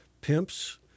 pimps